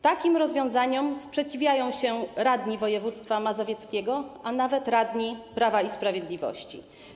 Takim rozwiązaniom sprzeciwiają się radni województwa mazowieckiego, nawet radni Prawa i Sprawiedliwości.